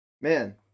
Man